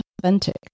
authentic